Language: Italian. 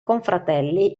confratelli